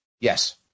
Yes